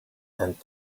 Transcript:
and